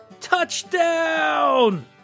Touchdown